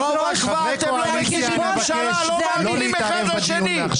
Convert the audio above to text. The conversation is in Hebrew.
--- אתם לא מקימים ממשלה, לא מאמינים אחד לשני.